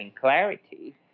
clarity